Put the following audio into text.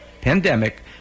pandemic